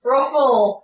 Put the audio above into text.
Ruffle